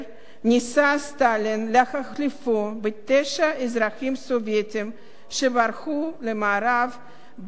להחליפו בתשעה אזרחים סובייטים שברחו למערב באמצע שנות ה-40.